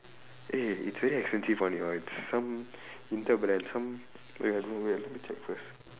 eh it's very expensive [one] you know it's some winter brand some wait let me check first